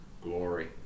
glory